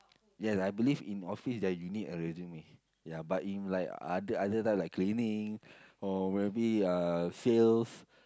yes I believe in office that you need a resume ya but in like other other type like cleaning or maybe uh sales